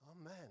Amen